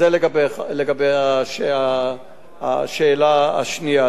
אז זה לגבי השאלה השנייה.